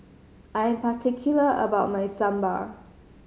I am particular about my Sambar